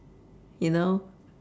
you know